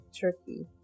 turkey